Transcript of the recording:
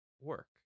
work